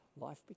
life